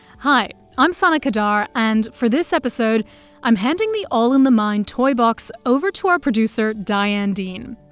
hi, i'm sana qadar, and for this episode i'm handing the all in the mind toy box over to our producer diane dean.